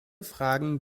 fragen